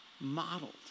modeled